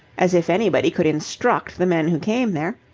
as if anybody could instruct the men who came there.